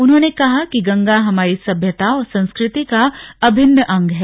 उन्होंने कहा कि गंगा हमारी सभ्यता और संस्कृति का अभिन्न अंग है